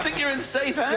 but you're in safe